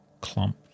clump